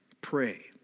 Pray